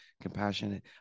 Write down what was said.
compassionate